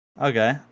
okay